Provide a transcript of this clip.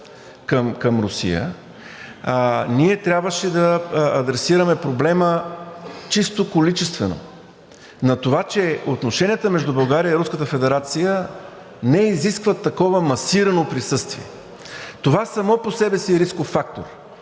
към Русия ние трябваше да адресираме проблема чисто количествено на това, че отношенията между България и Руската федерация не изискват такова масирано присъствие. Това само по себе си е рисков фактор,